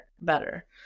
better